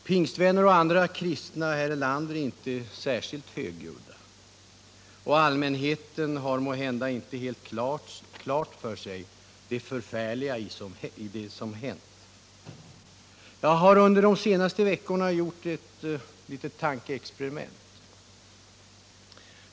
Pingstvänner och andra kristna här i landet är inte särskilt högljudda, och allmänheten har måhända inte helt klart för sig det förfärliga i det som hänt. Jag har under de senaste veckorna gjort ett litet tankeexperiment.